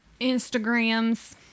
Instagrams